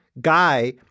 guy